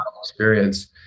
experience